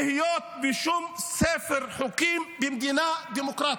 בו חוקים שלא אמורים להיות בשום ספר חוקים במדינה דמוקרטית.